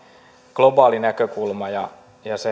globaali näkökulma ja